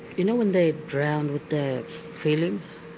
you know when they drown with their feelings,